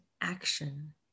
action